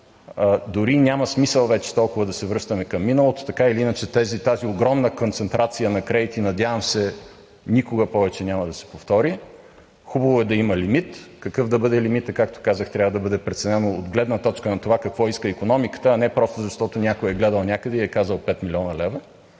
Дори и няма смисъл вече толкова да се връщаме към миналото. Така или иначе тази огромна концентрация на кредити, надявам се, никога повече няма да се повтори. Хубаво е да има лимит. Какъв да бъде лимитът, както казах, трябва да бъде преценено от гледна точка на това какво иска икономиката, а не просто защото някой е гледал някъде и е казал 5 млн. лв.,